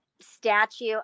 statue